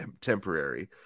temporary